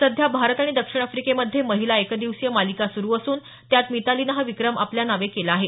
सध्या भारत आणि दक्षिण आफ्रिकेमध्ये महिला एकदिवसीय मालिका सुरू असून त्यात मितालीनं हा विक्रम आपल्या नावे केला आहे